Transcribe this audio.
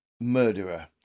murderer